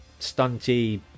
stunty